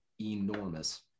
enormous